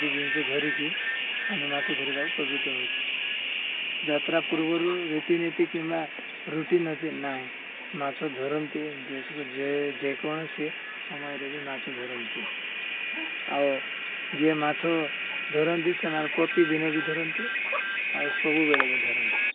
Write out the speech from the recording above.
ଏତିକି ଜିନିଷ ଧରିକି ଆମେ ମାଛ ଧରିବାକୁ ପ୍ରସ୍ତୁତ ହଉଚୁ ଯାତ୍ରା ପୂର୍ବରୁ ରୀତିନୀତି କିମ୍ବା ରୁଟିନ ଅଛି ନାହିଁ ମାଛ ଧରନ୍ତି ଯେ ଯେକୌଣସି ସମୟରେ ବି ମାଛ ଧରନ୍ତି ଆଉ ଯିଏ ମାଛ ଧରନ୍ତି ସେମାନେ ପ୍ରତିଦିନ ବି ଧରନ୍ତି ଆଉ ସବୁବେଳେ ବି ଧରନ୍ତି